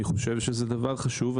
אני חושב שזה דבר חשוב,